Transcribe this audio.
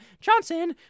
Johnson